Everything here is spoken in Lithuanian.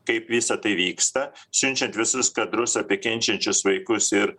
kaip visa tai vyksta siunčiant visus kadrus apie kenčiančius vaikus ir